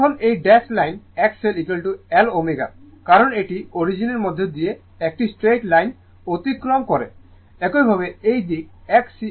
এখন এই dash line XLL ω কারণ এটি অরিজিনের মধ্য দিয়ে একটি স্ট্রেইট লাইন অতিক্রম করে